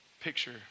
picture